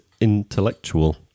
intellectual